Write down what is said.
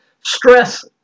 stress